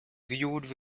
viewed